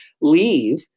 leave